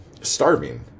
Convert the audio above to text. starving